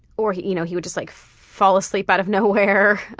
or he you know he would just like fall asleep out of nowhere